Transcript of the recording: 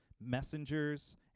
messengers